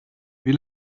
wie